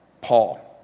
Paul